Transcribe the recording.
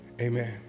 Amen